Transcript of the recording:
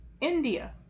India